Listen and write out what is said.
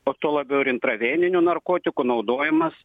o tuo labiau ir intraveninių narkotikų naudojimas